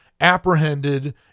apprehended